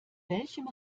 welchem